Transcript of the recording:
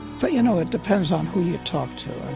but you know, it depends on who you talk to.